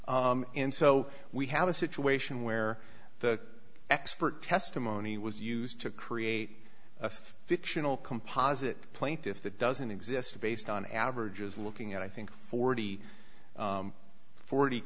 in so we have a situation where the expert testimony was used to create a fictional composite plaintiff that doesn't exist based on average is looking at i think forty forty